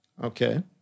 okay